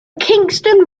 kingston